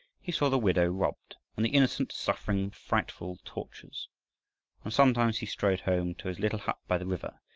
he saw the widow robbed, and the innocent suffering frightful tortures, and sometimes he strode home to his little hut by the river,